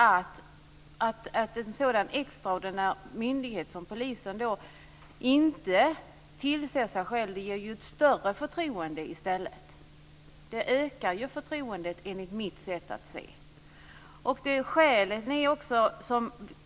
Att en extraordinär myndighet som polisen inte tillsätter sig själv inger ju ett större förtroende. Det ökar förtroendet, enligt mitt sätt att se det.